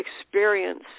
experience